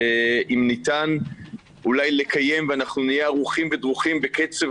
אם ניתן אולי לקיים ואנחנו נהיה ערוכים ודרוכים בקצב